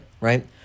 right